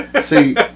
See